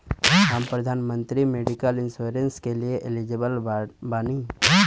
हम प्रधानमंत्री medical insurance के लिए एलिजिबल बानी?